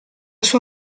sua